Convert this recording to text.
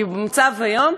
כי במצב היום,